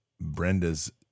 Brenda's